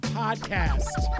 podcast